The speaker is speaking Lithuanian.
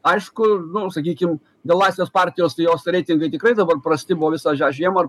aišku nu sakykim dėl laisvės partijos tai jos reitingai tikrai dabar prasti visą šią žiemą